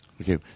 Okay